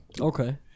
okay